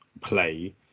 play